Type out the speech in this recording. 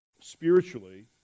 spiritually